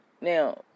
Now